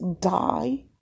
Die